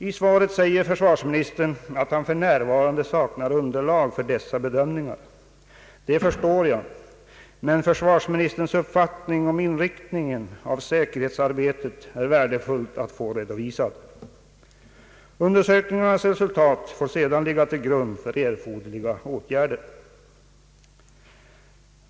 I svaret säger försvarsministern att han för närvarande saknar underlag för dessa bedömningar. Det förstår jag, men försvarsministerns uppfattning om inriktningen av säkerhetsarbetet är det värdefullt att få redovisad. Undersökningarnas resultat får sedan ligga till grund för erforderliga åtgärder.